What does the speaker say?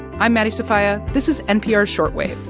i'm maddie sofia. this is npr's short wave.